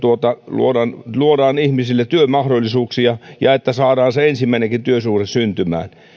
luodaan luodaan ihmisille työmahdollisuuksia ja että saadaan se ensimmäinenkin työsuhde syntymään